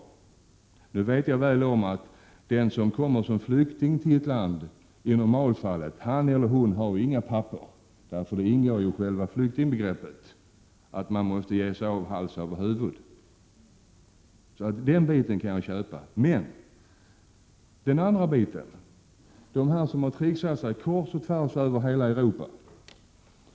Jag känner mycket väl till att den som kommer som flykting till ett land i normalfallet inte har några papper. Det ingår i själva flyktingbegreppet att man måste ge sig av hals över huvud. Den biten kan jag köpa men inte den andra biten: de som har tricksat sig kors och tvärs över hela Europa.